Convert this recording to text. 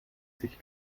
sich